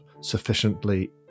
sufficiently